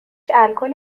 الکلی